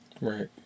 Right